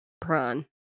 prawn